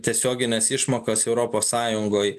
tiesiogines išmokas europos sąjungoj